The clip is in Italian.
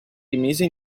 rimise